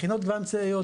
מכינות קדם צבאיות,